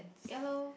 ya lor